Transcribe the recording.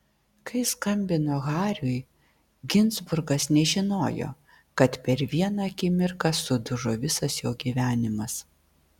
kai skambino hariui ginzburgas nežinojo kad per vieną akimirką sudužo visas jo gyvenimas